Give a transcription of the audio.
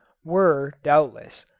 were, doubtless,